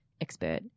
expert